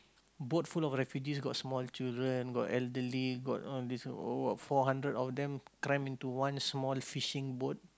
boat full of refugees got small children got elderly got all this four hundred of them cramp into one small fishing boat